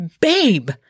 babe